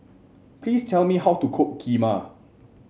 please tell me how to cook Kheema